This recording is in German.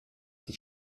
sich